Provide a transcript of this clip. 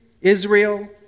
Israel